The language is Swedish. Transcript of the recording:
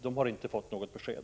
De har inte fått något besked.